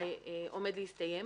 שעומד להסתיים,